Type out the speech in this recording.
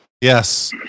Yes